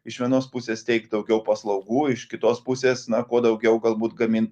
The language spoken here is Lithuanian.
iš vienos pusės teikt daugiau paslaugų iš kitos pusės na kuo daugiau galbūt gamint